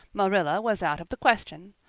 marilla was out of the question.